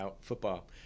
football